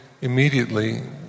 immediately